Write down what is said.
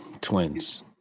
twins